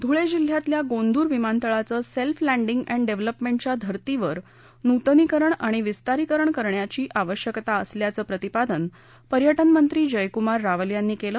धुळे जिल्ह्यातील गोंदुर विमानतळाचे self landing and डेव्हलपमेंटच्या धर्तीवर नृतनीकरण आणि विस्तारीकरणाची आवश्यकता आहे असे प्रतिपादन पर्यटनमंत्री जयकुमार रावल यांनी केले